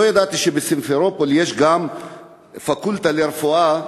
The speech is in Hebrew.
לא ידעתי שבסימפרופול יש גם פקולטה לרפואה,